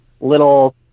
little